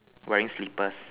wearing slippers